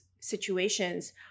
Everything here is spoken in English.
situations